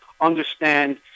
understand